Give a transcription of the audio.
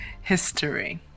history